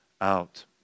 out